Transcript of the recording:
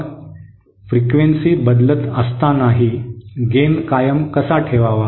मग वारंवारता बदलत असतानाही गेन कायम कसा ठेवावा